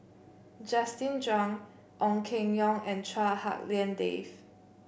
Justin Zhuang Ong Keng Yong and Chua Hak Lien Dave